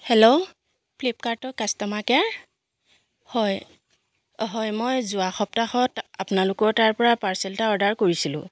hello ফ্লিপকাৰ্টৰ customer care হয় অঁ হয় মই যোৱা সপ্তাহত আপোনালোকৰ তাৰপৰা পাৰ্চেল এটা অৰ্ডাৰ কৰিছিলোঁ